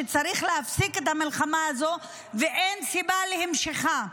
שצריך להפסיק את המלחמה הזאת ואין סיבה להמשיכה.